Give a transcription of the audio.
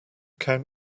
count